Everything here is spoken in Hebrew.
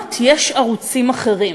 שלמדינות יש ערוצים אחרים,